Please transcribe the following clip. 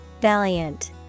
valiant